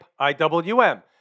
IWM